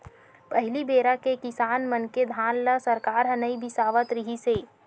पहली बेरा के किसान मन के धान ल सरकार ह नइ बिसावत रिहिस हे